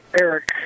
Eric